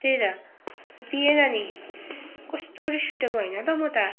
त्यही त दिएन नि कस्तो रिस उठेको होइन त म त